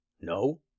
No